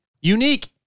unique